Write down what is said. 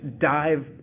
dive